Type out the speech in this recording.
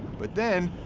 but then,